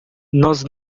nós